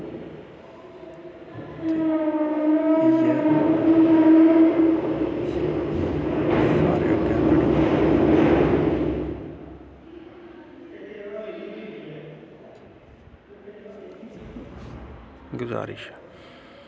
गुजारिश ऐ